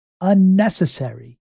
Unnecessary